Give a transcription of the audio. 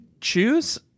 choose